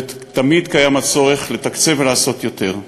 ותמיד קיים הצורך לתקצב ולעשות יותר.